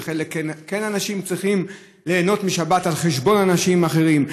וחלק מהאנשים כן צריכים ליהנות משבת על חשבון אנשים אחרים.